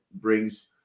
brings